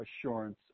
assurance